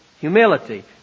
humility